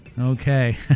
Okay